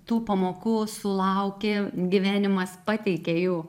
tų pamokų sulauki gyvenimas pateikia jų